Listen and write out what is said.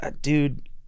Dude